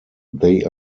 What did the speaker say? they